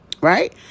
Right